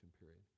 period